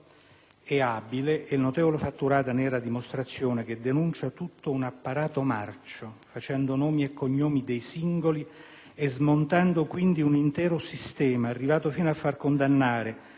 e abile (e il notevole fatturato ne era dimostrazione) che denuncia tutto un apparato marcio facendo nomi e cognomi dei singoli e smontando, quindi, un intero sistema, è arrivata al punto da far condannare,